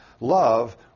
Love